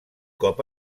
cop